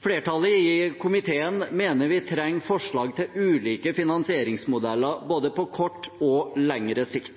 Flertallet i komiteen mener vi trenger forslag til ulike finansieringsmodeller både på kort og lengre sikt.